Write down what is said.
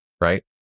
right